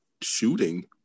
shooting